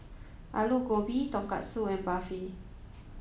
Alu Gobi Tonkatsu and Barfi